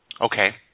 Okay